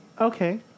Okay